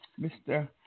Mr